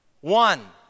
One